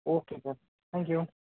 okay sir thank you